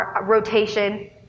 rotation